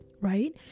right